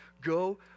Go